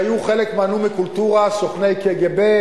שהיתה חלק מנומרה קולטורה, סוכני קג"ב,